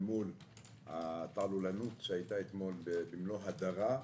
מול הפעלולנות שהייתה אתמול במלוא הדרה,